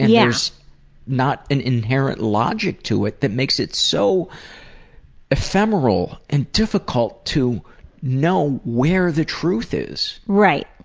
and yeah there's not an inherent logic to it that makes it so ephemeral and difficult to know where the truth is. right,